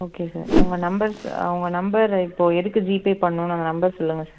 okay sir உங்கள் number sir உங்கள் number இப்போ எதுக்கு ஜிபே பண்ணணும் அந்த நம்பர் சொல்லுங்கள் சார்